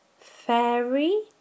fairy